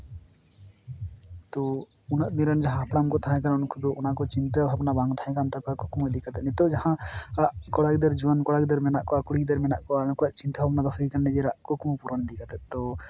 ᱛᱚ ᱩᱱᱟᱹᱜ ᱫᱤᱱ ᱨᱮᱱ ᱡᱟᱦᱟᱸ ᱦᱟᱯᱲᱟᱢ ᱠᱚ ᱛᱟᱦᱮᱠᱟᱱᱟ ᱩᱱᱠᱩ ᱫᱚ ᱚᱱᱟ ᱠᱚ ᱪᱤᱱᱛᱟᱹ ᱵᱷᱟᱵᱱᱟ ᱵᱟᱝ ᱛᱟᱦᱮᱠᱟᱱ ᱛᱟᱠᱚᱣᱟ ᱠᱩᱠᱢᱩ ᱤᱫᱤ ᱠᱟᱛᱮ ᱱᱤᱛᱳᱜ ᱡᱟᱦᱟᱸ ᱦᱟᱨᱟᱜ ᱠᱚᱲᱟ ᱜᱤᱫᱟᱹᱨ ᱡᱩᱣᱟᱹᱱ ᱠᱚᱲᱟ ᱜᱤᱫᱟᱹᱨ ᱢᱮᱱᱟᱜ ᱠᱚᱣᱟ ᱠᱩᱲᱤ ᱜᱤᱫᱟᱹᱨ ᱢᱮᱱᱟᱜ ᱠᱚᱣᱟ ᱱᱩᱠᱩᱠᱣᱟᱜ ᱪᱤᱱᱛᱟᱹ ᱵᱷᱟᱵᱱᱟ ᱫᱚ ᱦᱩᱭ ᱠᱟᱱᱟ ᱱᱤᱡᱮᱨᱟᱜ ᱠᱩᱠᱢᱩ ᱯᱩᱨᱚᱱ ᱤᱫᱤ ᱠᱟᱛᱮ ᱛᱚ